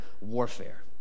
warfare